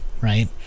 right